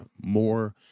more